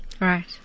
Right